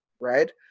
Right